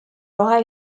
laura